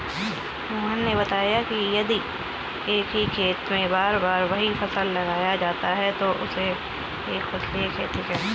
मोहन ने बताया कि यदि एक ही खेत में बार बार वही फसल लगाया जाता है तो उसे एक फसलीय खेती कहते हैं